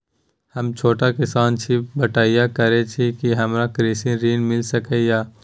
हम छोट किसान छी, बटईया करे छी कि हमरा कृषि ऋण मिल सके या?